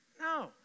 No